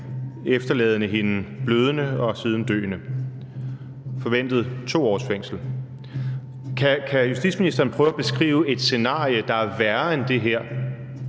efterlader hende blødende og siden døende. Det forventes at give 2 års fængsel. Kan justitsministeren prøve at beskrive et scenarie, der er værre end det her,